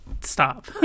stop